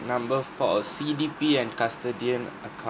number for a C_D_P and custodian account